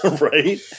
Right